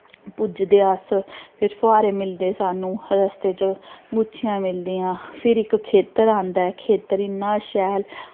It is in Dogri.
पुज्जदे अस फिर फौहारे मिलदे सानू रस्ते च गुच्छियां मिलदियां फिर इक खेत्तर आंदा ऐ खेत्तर इ'न्ना शैल